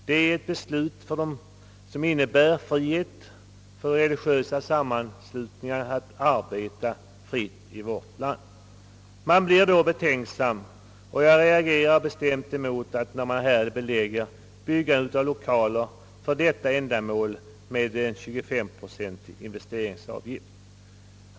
Det är alltså ett beslut som innebär frihet för religiösa sammanslutningar att arbeta fritt i vårt land. Jag blir därför betänksam och reagerar starkt emot att man här tycks vilja belägga byggandet av lokaler för detta ändamål med en investeringsavgift på 25 procent.